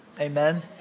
Amen